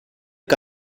que